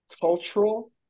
cultural